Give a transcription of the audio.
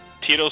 Tito